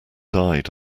died